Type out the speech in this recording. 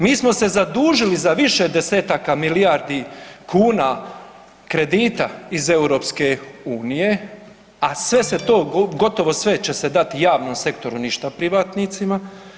Mi smo se zadužili za više desetaka milijardi kuna kredita iz EU, a sve se to, gotovo sve će se dati javnom sektoru ništa privatnicima.